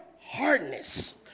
hardness